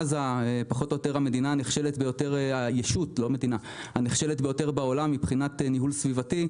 עזה היא פחות או יותר הישות הנכשלת ביותר בעולם מבחינת ניהול סביבתי.